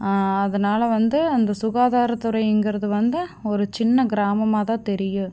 அதனால் வந்து அந்த சுகாதார துறைங்கிறது வந்து ஒரு சின்ன கிராமமாகத்தான் தெரியும்